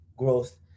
Growth